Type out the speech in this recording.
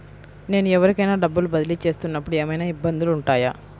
నేను ఎవరికైనా డబ్బులు బదిలీ చేస్తునపుడు ఏమయినా ఇబ్బందులు వుంటాయా?